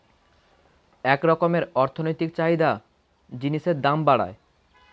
এক রকমের অর্থনৈতিক চাহিদা জিনিসের দাম বাড়ায়